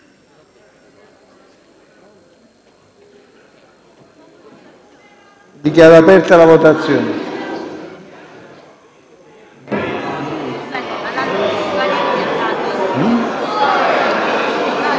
Dichiaro aperta la votazione